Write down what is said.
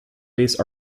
based